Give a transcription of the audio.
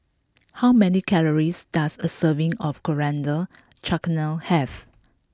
how many calories does a serving of Coriander Chutney have